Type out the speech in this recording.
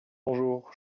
bonjour